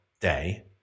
day